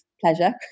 pleasure